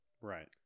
Right